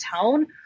tone